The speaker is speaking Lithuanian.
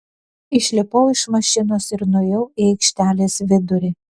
išlipau iš mašinos ir nuėjau į aikštelės vidurį